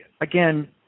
again